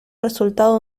resultado